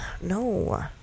No